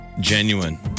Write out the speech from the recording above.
genuine